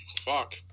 fuck